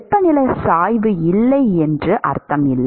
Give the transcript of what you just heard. வெப்பநிலை சாய்வு இல்லை என்று அர்த்தம் இல்லை